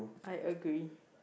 I agree